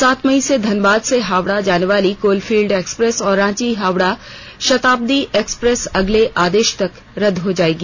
सात मई से धनबाद से हावड़ा जानेवाली कोलफील्ड एक्सप्रेस और रांची हावड़ा शताब्दी एक्सप्रेस अगले आदेश तक रद हो जाएगी